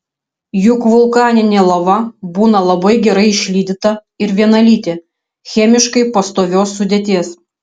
juk vulkaninė lava būna labai gerai išlydyta ir vienalytė chemiškai pastovios sudėties